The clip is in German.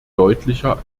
deutlicher